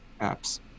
apps